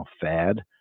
fad